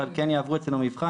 אבל כן יעברו אצלנו מבחן,